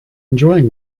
enjoying